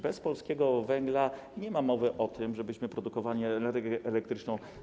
Bez polskiego węgla nie ma mowy o tym, żebyśmy produkowali energię elektryczną.